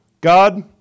God